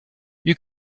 you